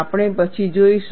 આપણે પછી જોઈશું